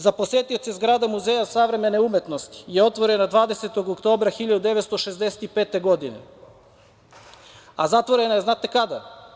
Za posetioce zgrada Muzeja savremene umetnosti je otvorena 20. oktobra 1965. godine, a zatvorena je znate kada?